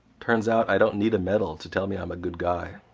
turns out i don't need a medal to tell me i'm a good guy.